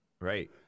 Right